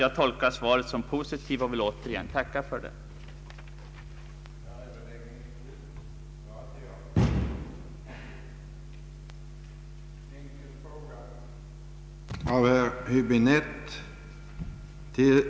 Jag betraktar svaret såsom positivt och tackar för det än en gång.